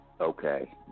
okay